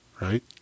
right